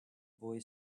boy